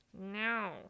No